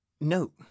No